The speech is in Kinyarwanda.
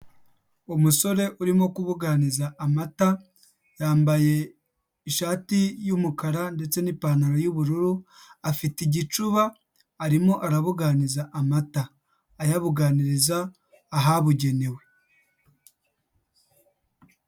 Umusore urimo kubuganiza amata yambaye ishati y'umukara ndetse n'ipantaro y'ubururu, afite igicuba arimo arabuganiza amata ayabuganiriza ahabugenewe.